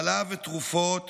חלב ותרופות